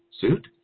suit